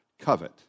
covet